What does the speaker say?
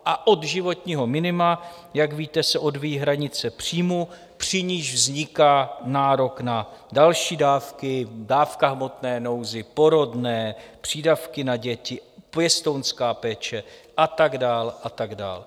A od životního minima, jak víte, se odvíjí hranice příjmů, při nichž vzniká nárok na další dávky dávka v hmotné nouzi, porodné, přídavky na děti, pěstounská péče a tak dále a tak dále.